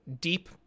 deep